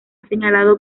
señalado